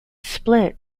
split